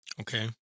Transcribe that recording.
Okay